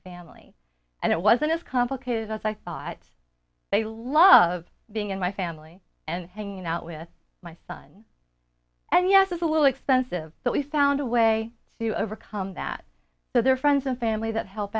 family and it wasn't as complicated as i thought they love being in my family and hanging out with my son and yes is a little expensive but we found a way to overcome that so their friends and family that help